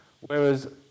Whereas